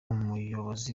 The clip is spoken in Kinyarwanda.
muyobozi